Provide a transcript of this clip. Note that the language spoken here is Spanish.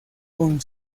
con